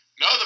No